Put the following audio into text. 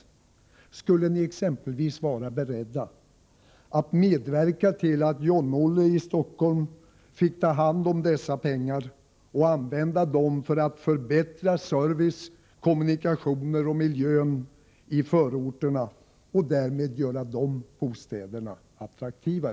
Skulle ni exempelvis vara beredda att medverka till att John-Olle Persson i Stockholm fick ta hand om dessa pengar och använda dem för att förbättra service, kommunikationer och miljö i förorterna och därmed göra bostäderna där mera attraktiva?